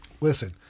listen